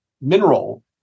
mineral